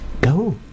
Go